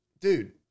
Dude